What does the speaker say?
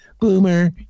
Boomer